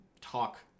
talk